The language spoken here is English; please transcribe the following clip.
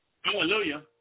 Hallelujah